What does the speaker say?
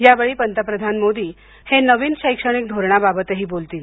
यावेळी पंतप्रधान मोदी हे नवीन शैक्षणिक धोरणाबाबतही बोलतील